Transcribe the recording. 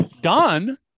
done